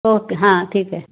okay हां ठीक आहे